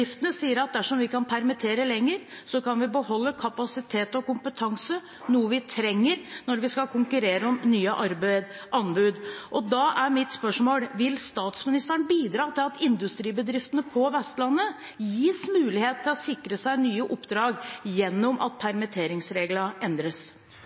sier at dersom de kan permittere lenger, kan de beholde kapasitet og kompetanse – noe de trenger når de skal konkurrerer om nye anbud. Da er mitt spørsmål: Vil statsministeren bidra til at industribedriftene på Vestlandet gis mulighet til å sikre seg nye oppdrag ved at permitteringsreglene endres?